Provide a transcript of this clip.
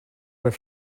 were